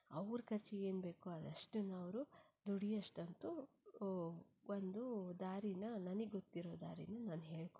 ಅವ್ರ ಖರ್ಚಿಗೆ ಏನು ಬೇಕೋ ಅದು ಅಷ್ಟನ್ನು ಅವರು ದುಡಿಯೋಷ್ಟಂತೂ ಒಂದು ದಾರೀನ ನನಗ್ ಗೊತ್ತಿರೋ ದಾರೀನ ನಾನು ಹೇಳಿಕೊಟ್ಟೆ